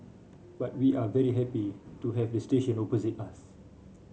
but we are very happy to have a station opposite us